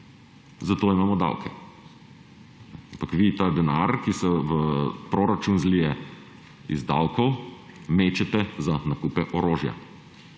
zato imamo davke. Ampak vi ta denar, ki se v proračun zlije iz davkov, mečete za nakupe orožja,